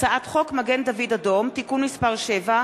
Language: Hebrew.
הצעת חוק מגן-דוד-אדום (תיקון מס' 7),